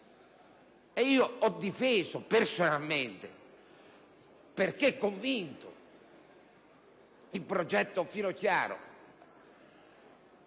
Io ho difeso personalmente, perché convinto, il progetto Finocchiaro